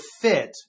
fit